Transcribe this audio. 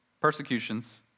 persecutions